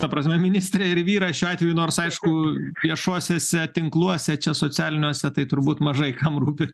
ta prasme ministrė ir vyras šiuo atveju nors aišku viešuosiuose tinkluose čia socialiniuose tai turbūt mažai kam rūpi